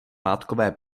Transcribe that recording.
látkové